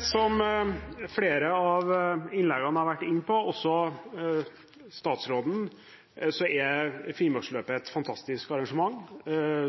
Som flere av innleggene har vært inne på, også statsrådens, er Finnmarksløpet et fantastisk arrangement